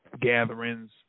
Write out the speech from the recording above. gatherings